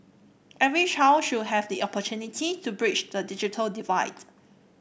every child should have the opportunity to bridge the digital divide